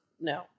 No